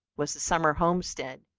was the sumner homestead,